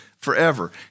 forever